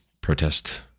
protest